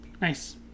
Nice